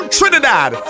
Trinidad